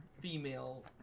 female